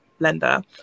Blender